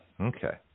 Okay